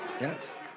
Yes